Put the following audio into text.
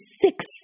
six